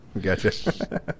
Gotcha